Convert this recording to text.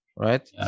Right